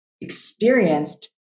experienced